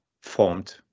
formed